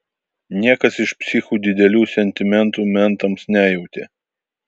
niekas iš psichų didelių sentimentų mentams nejautė